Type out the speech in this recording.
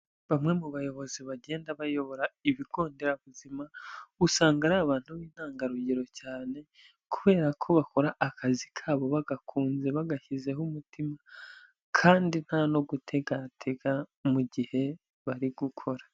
Bamwe mu bayobozi bagenda bayobora ibigo nderabuzima, usanga ari abantu b'intangarugero cyane, kubera ko bakora akazi kabo bagakunze, bagashyizeho umutima kandi nta no gutegatega mu gihe bari gukora.